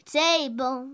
table